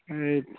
ये